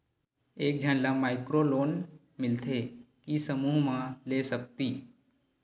एक झन ला माइक्रो लोन मिलथे कि समूह मा ले सकती?